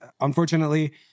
Unfortunately